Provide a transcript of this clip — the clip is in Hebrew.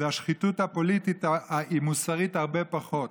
והשחיתות הפוליטית היא מוסרית הרבה פחות.